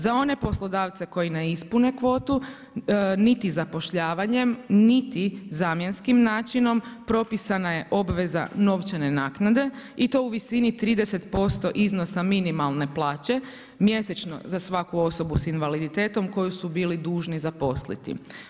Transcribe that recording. Za one poslodavce koji ne ispune kvotu niti zapošljavanjem niti zamjenskim načinom propisana je obveza novčane naknade i to u visini 30% iznosa minimalne plaće mjesečno za svaku osobu sa invaliditetom koju su bili dužni zaposliti.